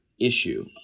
issue